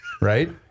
Right